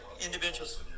individuals